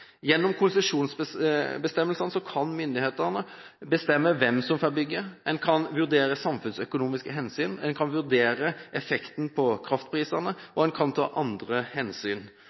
Gjennom konsesjonsbestemmelsene kan myndighetene bestemme hvem som får bygge, en kan vurdere samfunnsøkonomiske hensyn, en kan vurdere effekten på kraftprisene, og en kan ta andre hensyn.